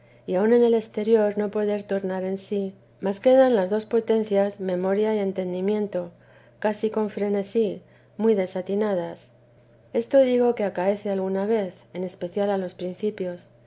y aun en lo exterior no poder tornar en sí mas quedan las dos potencias memoria y entendimiento casi con frenesí muy desatinadas esto digo que acaece alguna vez en especial a los principios